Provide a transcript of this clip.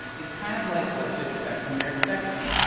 it's kind of like what to expect when you're expecting,